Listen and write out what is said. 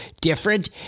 different